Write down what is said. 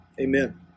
Amen